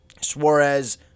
Suarez